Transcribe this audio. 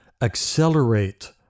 accelerate